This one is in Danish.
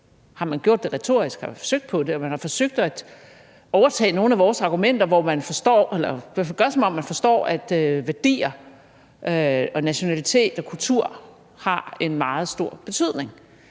på at gøre det retorisk, og man har forsøgt at overtage nogle af vores argumenter, hvor værdier og nationalitet og kultur har en meget stor betydning.